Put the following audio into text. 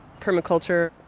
Permaculture